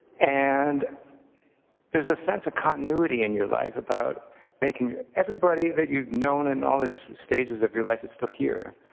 and there's a sense of continuity in your life about making everybody that you've known in all these stages of your life is still here.